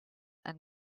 and